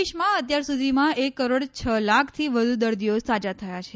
દેશમાં અત્યાર સુધીમાં એક કરોડ છ લાખથી વધુ દર્દીઓ સાજા થયા છે